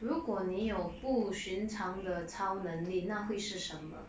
如果你有不寻常的超能力那会是什么